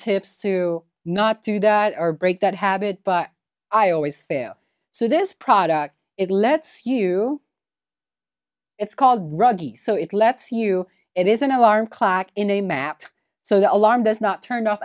tips to not do that or break that habit but i always fail so this product it lets you it's called rugby so it lets you it is an alarm clock in a map so the alarm does not turn off